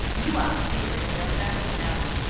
you ought to see their dump out in cally.